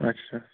اچھا